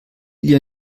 ihr